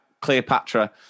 cleopatra